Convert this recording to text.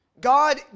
God